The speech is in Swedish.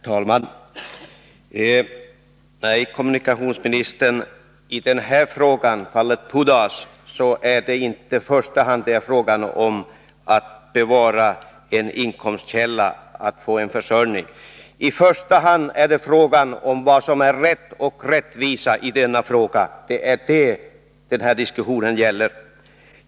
Herr talman! Nej, herr kommunikationsminister, i det här ärendet, fallet Pudas, är det inte i första hand fråga om att bevara en inkomstkälla och få en försörjning. I första hand är det fråga om vad som är rätt och rättvist i detta fall, det är det diskussionen gäller.